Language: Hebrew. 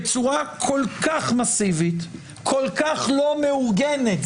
בצורה כל כך מאסיבית כל כך לא מאורגנת.